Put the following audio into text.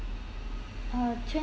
or